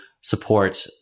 support